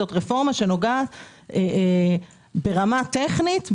זאת רפורמה שנוגעת ברמה טכנית,